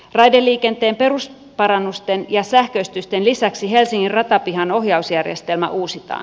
raideliikenteen perusparannusten ja sähköistysten lisäksi helsingin ratapihan ohjausjärjestelmä uusitaan